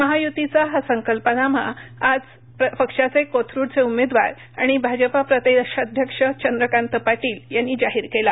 महायुतीचा हा संकल्पनामा आज पक्षाचे कोथरुडचे उमेदवार आणि भाजपा प्रदेशाध्यक्ष चंद्रकांत पाटील यांनी जाहीर केला